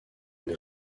une